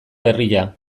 berria